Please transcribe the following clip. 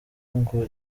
ngo